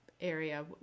area